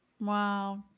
Wow